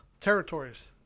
territories